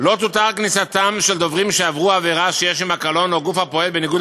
לא תותר כניסתם של דוברים שעברו עבירה שיש עמה קלון או גוף הפועל בניגוד